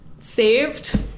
saved